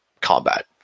combat